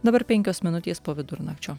dabar penkios minutės po vidurnakčio